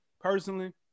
personally